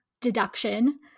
deduction